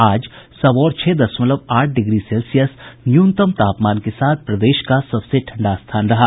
आज सबौर छह दशमलव आठ डिग्री सेल्सियस न्यूनतम तापमान के साथ प्रदेश का सबसे ठंडा स्थान रहा